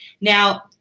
Now